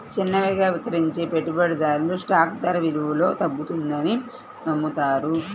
చిన్నవిగా విక్రయించే పెట్టుబడిదారులు స్టాక్ ధర విలువలో తగ్గుతుందని నమ్ముతారు